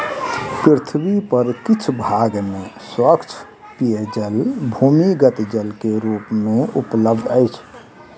पृथ्वी पर किछ भाग में स्वच्छ पेयजल भूमिगत जल के रूप मे उपलब्ध अछि